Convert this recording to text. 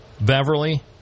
Beverly